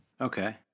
okay